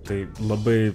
tai labai